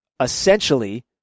essentially